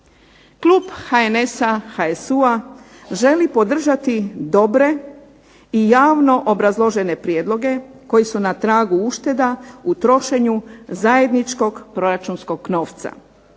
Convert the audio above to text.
Klub HNS-a, HSU-a želi podržati dobre, i javno obrazložene prijedloge koji su na tragu ušteda u trošenju zajedničkog proračunskog novca.